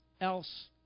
else